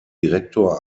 direktor